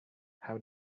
how